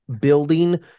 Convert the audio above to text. building –